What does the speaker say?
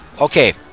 Okay